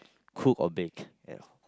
cook or bake at